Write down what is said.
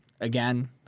again